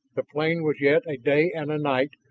the plain was yet a day and a night,